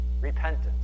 repentance